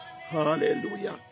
Hallelujah